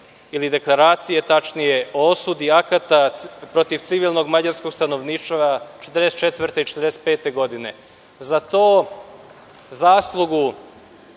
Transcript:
ili deklaracije tačnije, o osudi akata protiv civilnog mađarskog stanovništva 1944. i 1945. godine. Tu zaslugu